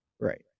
Right